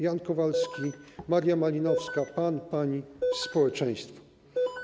Jan Kowalski, Maria Malinowska, pan, pani - społeczeństwo.